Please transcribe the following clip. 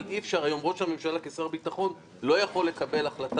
אבל היום ראש הממשלה כשר ביטחון לא יכול לקבל החלטה